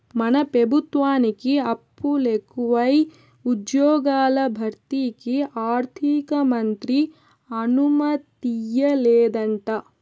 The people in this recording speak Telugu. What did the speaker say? మన పెబుత్వానికి అప్పులెకువై ఉజ్జ్యోగాల భర్తీకి ఆర్థికమంత్రి అనుమతియ్యలేదంట